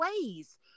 ways